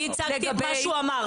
אני הצגתי את מה שהוא אמר.